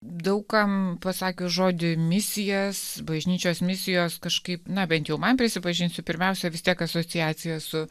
daug kam pasakius žodį misijas bažnyčios misijos kažkaip na bent jau man prisipažinsiu pirmiausia vis tiek asociacija su